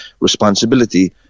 responsibility